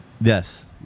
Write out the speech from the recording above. Yes